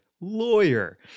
lawyer